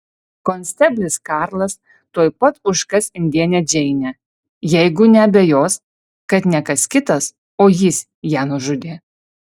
konsteblis karlas tuoj pat užkas indėnę džeinę jeigu neabejos kad ne kas kitas o jis ją nužudė